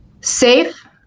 Safe